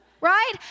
right